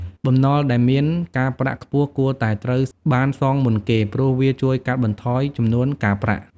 បំណុលដែលមានការប្រាក់ខ្ពស់គួរតែត្រូវបានសងមុនគេ ព្រោះវាជួយកាត់បន្ថយចំនួនការប្រាក់។